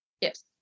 Yes